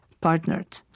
partnered